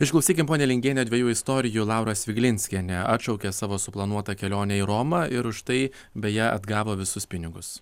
išklausykim ponia lingiene dviejų istorijų laura sviglinskienė atšaukė savo suplanuotą kelionę į romą ir už tai beje atgavo visus pinigus